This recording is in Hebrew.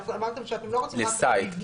אמרתם שאתם לא רוצים רק את "מבנה",